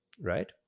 right